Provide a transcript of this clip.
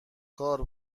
کار